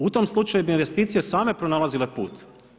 U tom slučaju bi investicije same pronalazile put.